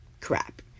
Crap